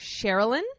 Sherilyn